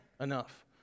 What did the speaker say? enough